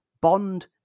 Bond